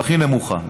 הכי נמוכה.